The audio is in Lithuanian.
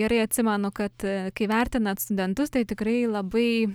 gerai atsimenu kad kai vertinat studentus tai tikrai labai